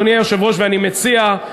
ואני מציע,